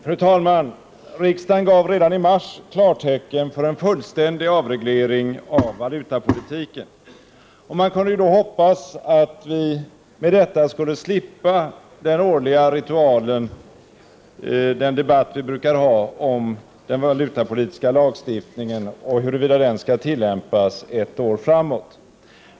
Fru talman! Riksdagen gav redan i mars klartecken för en fullständig avreglering av valutapolitiken. Man kunde då hoppas att vi med detta skulle slippa den årliga ritualen, den debatt vi brukar ha om den valutapolitiska lagstiftningen och huruvida den skall tillämpas ett år framåt.